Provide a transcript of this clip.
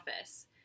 office